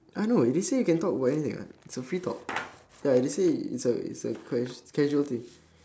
ah no they say you can talk about anything ah it's a free top~ ya they say it's a it's ca~ casual thing